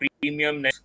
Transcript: premium